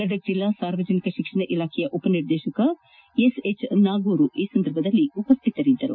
ಗದಗ ಜಿಲ್ಲಾ ಸಾರ್ವಜನಿಕ ಶಿಕ್ಷಣ ಇಲಾಖೆಯ ಉಪನಿರ್ದೇಶಕ ಎಸ್ ಎಚ್ ನಾಗೂರು ಈ ಸಂದರ್ಭದಲ್ಲಿ ಉಪ್ಲಿತರಿದ್ದರು